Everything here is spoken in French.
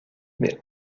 mais